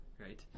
right